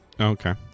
Okay